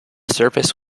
surface